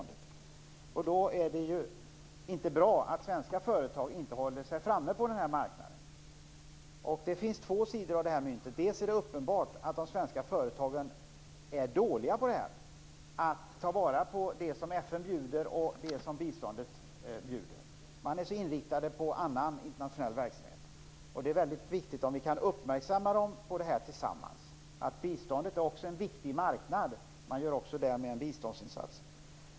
Det är inte bra att svenska företag inte håller sig framme på denna marknad. Det finns två sidor av detta mynt. För det första är det uppenbart att de svenska företagen är dåliga på att ta vara på det som FN bjuder och det som biståndet bjuder. Man är så inriktad på annan internationell verksamhet. Det är väldigt viktigt att vi uppmärksammar dem på detta tillsammans. Biståndet är också en viktig marknad. Företagen gör också en biståndsinsats.